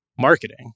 marketing